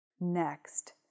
Next